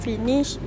Finish